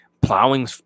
plowing